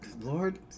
Lord